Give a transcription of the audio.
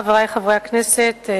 חברי חברי הכנסת,